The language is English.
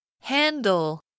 Handle